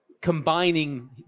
combining